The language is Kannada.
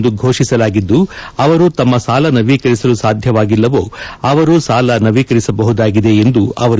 ಎಂದು ಫೋಡಿಸಲಾಗಿದ್ದು ಅವರು ತಮ್ಮ ಸಾಲ ನವೀಕರಿಸಲು ಸಾಧ್ಯವಾಗಿಲ್ಲವೋ ಅವರು ಸಾಲ ನವೀಕರಿಸಬಹುದಾಗಿದೆ ಎಂದರು